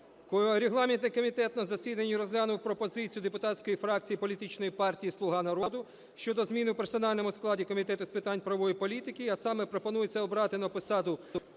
регламентний комітет на засіданні розглянув пропозицію депутатської фракції політичної партії "Слуга народу" щодо зміни в персональному складі Комітету з питань правової політики, а саме пропонується обрати на посаду